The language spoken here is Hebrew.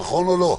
נכון או לא?